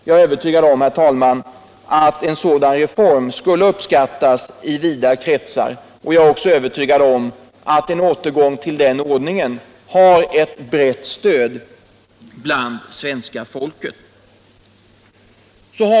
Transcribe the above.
Jag är, herr talman, övertygad om att en sådan reform skulle uppskattas i vida kretsar, och jag är också övertygad om att en återgång till den ordningen skulle få ett starkt stöd av svenska folket.